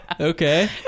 Okay